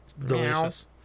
delicious